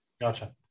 gotcha